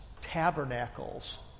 tabernacles